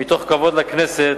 מתוך כבוד לכנסת,